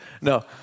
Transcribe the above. No